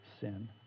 sin